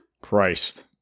Christ